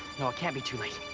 no, it can't be too late.